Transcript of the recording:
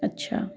अच्छा